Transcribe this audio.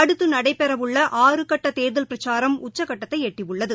அடுத்துநடைபெறவுள்ள ஆறு கட்டதேர்தல் பிரச்சாரம் உச்சக்கட்டத்தைஎட்டியுள்ளது